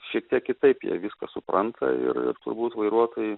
šiek tiek kitaip jie viską supranta ir ir turbūt vairuotojai